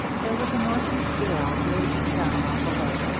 there was a northeast gale raging down off the lake,